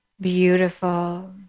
Beautiful